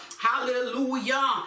hallelujah